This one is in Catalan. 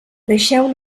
deixeu